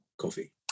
coffee